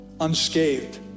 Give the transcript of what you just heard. unscathed